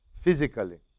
physically